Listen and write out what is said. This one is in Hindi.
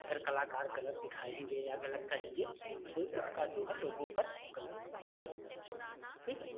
अगर कलाकार गलत दिखाएँगे या गलत करेंगे तो इसका जो है लोगों पर गलत प्रभाव पड़ेगा ठीक है